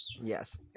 yes